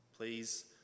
Please